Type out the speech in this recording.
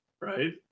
right